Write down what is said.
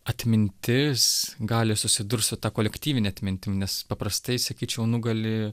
atmintis gali susidurt su ta kolektyvine atmintim nes paprastai sakyčiau nugali